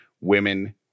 women